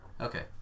Okay